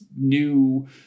new